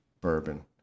bourbon